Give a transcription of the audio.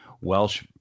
Welsh